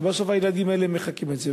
ובסוף הילדים האלה מחקים את זה.